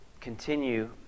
continue